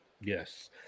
Yes